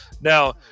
Now